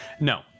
No